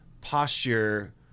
posture